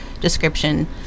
description